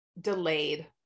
delayed